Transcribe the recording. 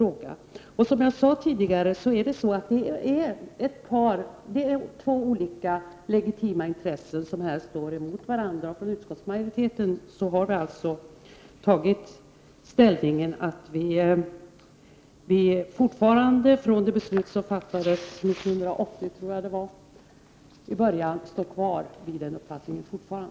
Det är, som jag sade tidigare, två olika legitima intressen som här står emot varandra. Och vi i utskottsmajoriteten står fortfarande kvar vid den uppfattning vi har haft sedan vi 1980 fattade beslut i frågan.